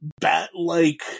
bat-like